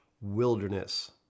wilderness